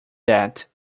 that